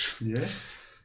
Yes